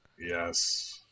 Yes